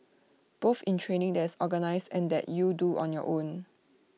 both in training that is organised and that you do on your own